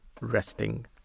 resting